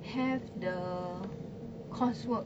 have the coursework